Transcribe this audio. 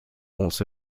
also